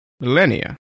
millennia